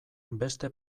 beste